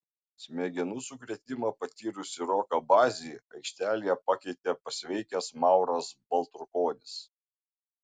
smegenų sukrėtimą patyrusį roką bazį aikštelėje pakeitė pasveikęs mauras baltrukonis